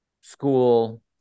school